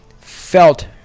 felt